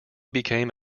became